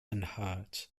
unhurt